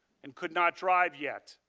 and could not drive yet.